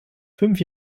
fünf